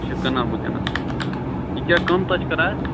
یہِ چھُ کٕنان وُنکیٚنس یہِ کیٛاہ کۭمتاہ چھُ کران اتھ